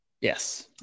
Yes